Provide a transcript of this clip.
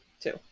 Two